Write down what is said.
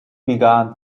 began